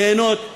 ליהנות.